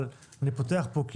אבל אני פותח פה.